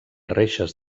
reixes